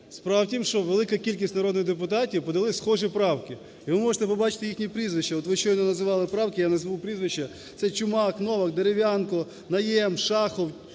Справа в тому, що велика кількість народних депутатів подали схожі правки, і ви можете побачити їхні прізвища. От ви щойно називали правки, я назву прізвища: це Чумак, Новак, Дерев'янко, Найєм, Шахов,